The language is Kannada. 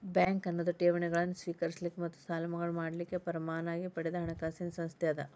ಬ್ಯಾಂಕ್ ಅನ್ನೊದು ಠೇವಣಿಗಳನ್ನ ಸ್ವೇಕರಿಸಲಿಕ್ಕ ಮತ್ತ ಸಾಲಗಳನ್ನ ಮಾಡಲಿಕ್ಕೆ ಪರವಾನಗಿ ಪಡದ ಹಣಕಾಸಿನ್ ಸಂಸ್ಥೆ ಅದ